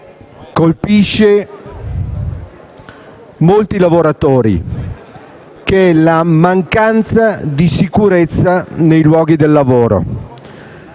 colpisce molti lavoratori: la mancanza di sicurezza nei luoghi di lavoro.